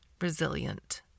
resilient